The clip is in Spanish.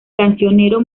cancionero